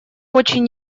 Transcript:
очень